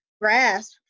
grasp